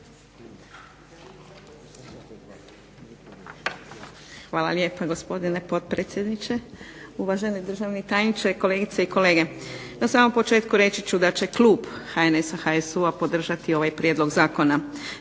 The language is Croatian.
Hvala lijepa gospodine potpredsjedniče, uvaženi državni tajniče, kolegice i kolege. Na samom početku reći ću da će klub HNS-HSU-a podržati ovaj prijedlog zakona.